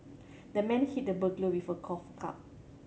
the man hit the burglar with a golf club